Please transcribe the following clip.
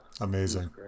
Amazing